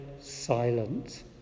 silent